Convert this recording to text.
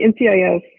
ncis